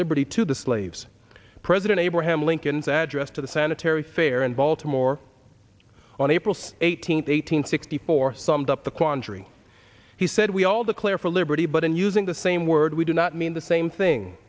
liberty to the slaves president abraham lincoln's address to the sanitary fair in baltimore on april eighteenth eight hundred sixty four summed up the quandary he said we all declare for liberty but in using the same word we do not mean the same thing